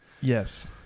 Yes